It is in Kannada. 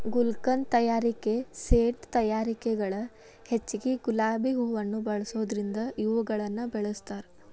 ಗುಲ್ಕನ್ ತಯಾರಿಕೆ ಸೇಂಟ್ ತಯಾರಿಕೆಗ ಹೆಚ್ಚಗಿ ಗುಲಾಬಿ ಹೂವುನ ಬಳಸೋದರಿಂದ ಇವುಗಳನ್ನ ಬೆಳಸ್ತಾರ